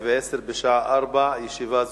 מנכ"לית הקרן החדשה לישראל,